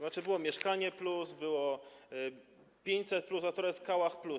Znaczy było „Mieszkanie+”, było 500+, a teraz kałach+.